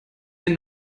den